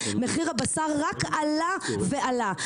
מחיר הבשר רק עלה ועלה.